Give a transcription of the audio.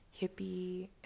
hippie